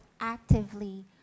actively